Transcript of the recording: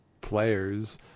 players